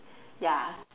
ya